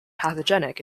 pathogenic